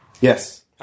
Yes